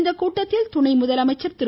இக்கூட்டத்தில் துணை முதலமைச்சர் திரு